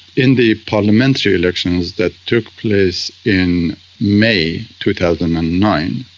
in the parliamentary elections that took place in may two thousand and nine,